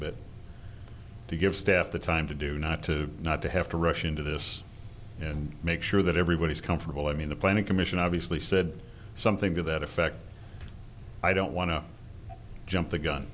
bit to give staff the time to do not to not to have to rush into this and make sure that everybody's comfortable i mean the planning commission obviously said something to that effect i don't want to jump the gun